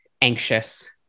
anxious